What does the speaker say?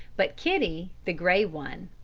but kitty the grey one.